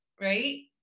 Right